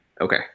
Okay